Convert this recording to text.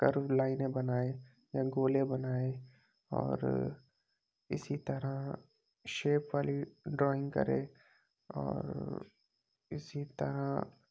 کرو لائینیں بنائے یا گولے بنائے اور اسی طرح شیپ والی ڈرائنگ کرے اور اسی طرح